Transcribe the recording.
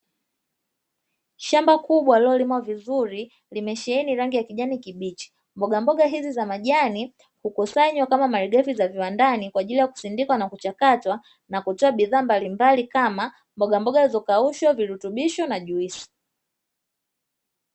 Shamba kubwa lililolimwa vizuri limesheeni rangi ya kijani kibichi. Mbogamboga hizi za majani hukusanywa kama malighafi za viwandani kwa ajili ya kusindikwa na kuchakatwa na kutoa bidhaa mbalimbali kama mbogamboga zilizokaushwa, virutubisho na juisi.